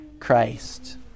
Christ